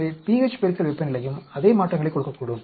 எனவே pH பெருக்கல் வெப்பநிலையும் அதே மாற்றங்களைக் கொடுக்கக்கூடும்